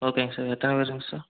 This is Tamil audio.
ஓகேங்க சார் எத்தனை பேருங்க சார்